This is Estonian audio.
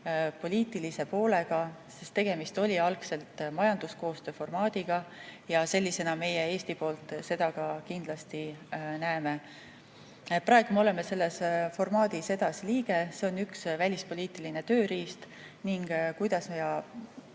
poliitilise poolega, sest tegemist oli algselt majanduskoostöö formaadiga ja sellisena meie Eesti poolt seda ka kindlasti näeme. Praegu me oleme selles formaadis edasi liige, see on üks välispoliitiline tööriist, ning kuidas me